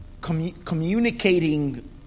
communicating